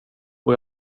och